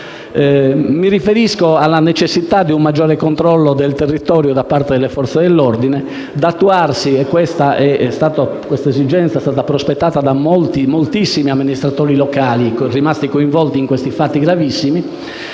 Mi riferisco alla necessità di un maggiore controllo del territorio da parte delle Forze dell'ordine, da attuarsi - un'esigenza prospettata da moltissimi amministratori locali rimasti coinvolti in questi fatti gravissimi